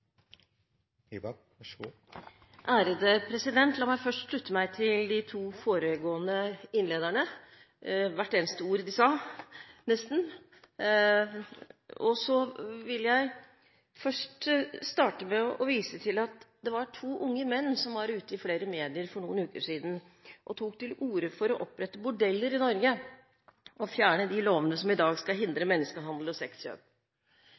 å gjennomføre. Så med det retter jeg mitt spørsmål til justisministeren og ser fram til videre debatt. La meg først slutte meg til de to foregående innlederne – hvert eneste ord de sa, nesten. Så vil jeg starte med å vise til at det var to unge menn som var ute i flere medier for noen uker siden og tok til orde for å opprette bordeller i Norge og fjerne de lovene som i dag skal hindre menneskehandel og